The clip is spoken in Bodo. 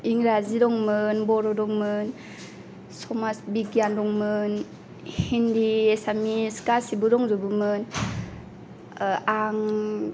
इंराजि दंमोन बर' दंमोन समाज बिगियान दंमोन हिन्दि एसामिस गासिबो दंजोबोमोन आं